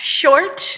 short